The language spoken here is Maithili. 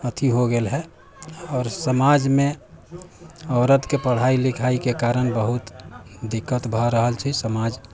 अथि हो गेल है आओर समाजमे औरतके पढ़ाइ लिखाइके कारण बहुत दिक्कत भऽ रहल छै समाज